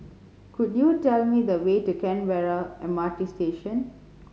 could you tell me the way to Canberra M R T Station